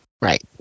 Right